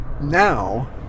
now